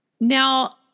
now